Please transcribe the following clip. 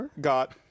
got